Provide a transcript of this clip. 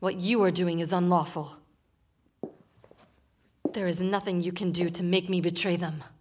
what you are doing is unlawful there is nothing you can do to make me betray them